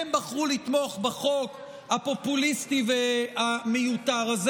הם בחרו לתמוך בחוק הפופוליסטי והמיותר הזה,